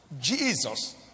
Jesus